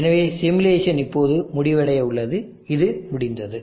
எனவே சிமுலேஷன் இப்போது முடிவடைய உள்ளது இது முடிந்தது